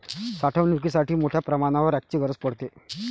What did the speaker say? साठवणुकीसाठी मोठ्या प्रमाणावर रॅकची गरज पडते